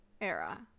era